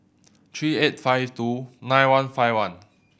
three eight five two nine one five one